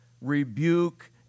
rebuke